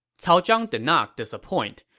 cao zhang did not disappoint.